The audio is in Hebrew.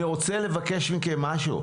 אני רוצה לבקש ממכם משהו.